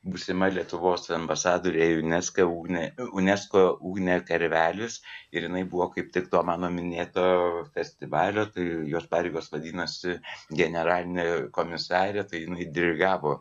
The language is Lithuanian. būsima lietuvos ambasadorė unesco ugne unesco ugne karvelis ir jinai buvo kaip tik to mano minėto festivalio tai jos pareigos vadinosi generalinė komisarė tai jinai dirigavo